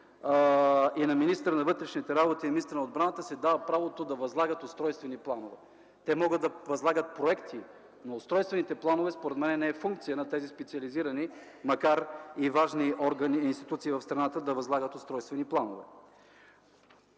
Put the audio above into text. на министъра на вътрешните работи и министъра на отбраната се дава правото да възлагат устройствени планове. Те могат да възлагат проекти, но според мен не е функция на тези специализирани, макар и важни органи и институции в страната, да възлагат устройствени планове.